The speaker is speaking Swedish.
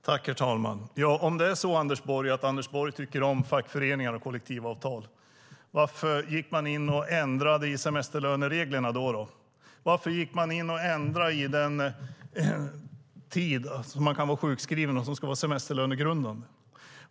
Herr talman! Varför, Anders Borg, ändrade ni i semesterlönereglerna om det nu är så att du tycker om fackföreningar och kollektivavtal? Varför ändrade ni den tid som man kan vara sjukskriven och som ska vara semesterlönegrundande?